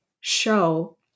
show